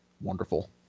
wonderful